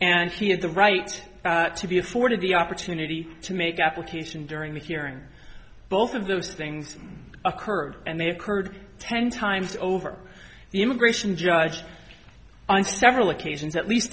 and he had the right to be afforded the opportunity to make application during the hearing both of those things occurred and they occurred ten times over the immigration judge on several occasions at least